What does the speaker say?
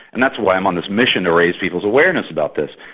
and that's why i'm on this mission to raise people's awareness about this.